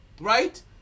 right